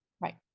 Right